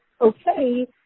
okay